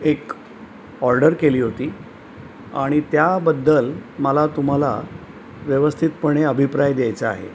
एक ऑर्डर केली होती आणि त्याबद्दल मला तुम्हाला व्यवस्थितपणे अभिप्राय द्यायचा आहे